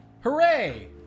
Hooray